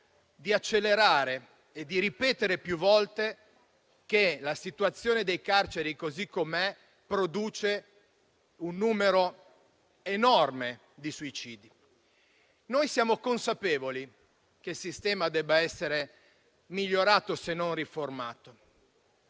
di accelerare e di ripetere più volte che la situazione delle carceri, così com'è, produce un numero enorme di suicidi. Noi siamo consapevoli che il sistema debba essere migliorato, se non riformato,